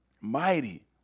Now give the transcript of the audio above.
Mighty